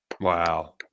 Wow